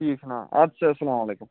ٹھیٖک آ اَدٕ سہ اَسلامُ علیکُم